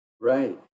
Right